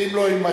ואם לא יימצא,